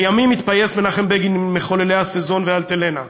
לימים התפייס מנחם בגין עם מחוללי ה"סזון" וה"אלטלנה",